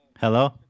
Hello